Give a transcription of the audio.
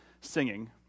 singing